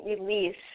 release